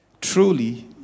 Truly